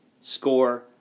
score